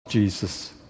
Jesus